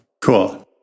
Cool